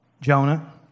Jonah